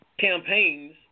campaigns